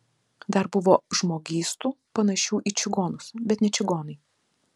dar buvo žmogystų panašių į čigonus bet ne čigonai